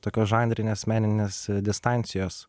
tokios žanrinės meninės distancijos